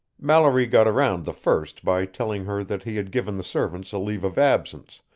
mallory got around the first by telling her that he had given the servants a leave of absence,